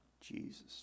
Jesus